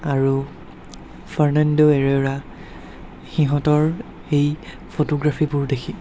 আৰু Fernando Herrera সিহঁতৰ এই ফটোগ্ৰাফিবোৰ দেখি